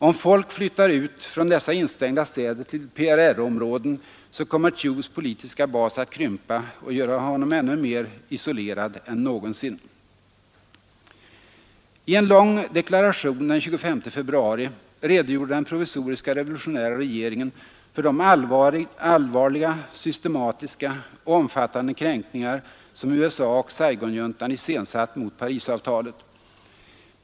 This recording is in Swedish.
Om folk flyttar ut från dessa instängda städer till PRR-områden, så kommer Thieus politiska bas att krympa och göra honom mer isolerad än någonsin.” I en lång deklaration den 25 februari redogjorde den provisoriska revolutionära regeringen för de allvarliga, systematiska och omfattande kränkningar som USA och Saigonjuntan iscensatt mot Parisavtalet.